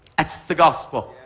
that's the gospel.